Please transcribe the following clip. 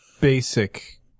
basic